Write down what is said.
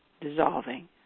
dissolving